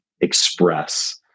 express